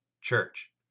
church